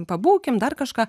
pabūkim dar kažką